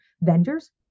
vendors